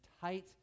tight